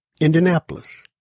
Indianapolis